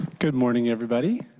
good morning, everybody,